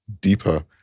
deeper